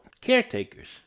caretakers